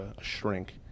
shrink